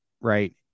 right